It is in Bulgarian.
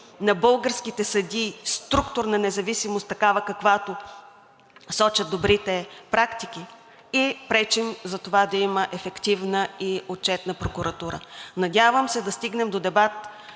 на българските съдии структурна независимост, такава, каквато сочат добрите практики, и пречим да има ефективна и отчетна прокуратура. Надявам се да стигнем до дебат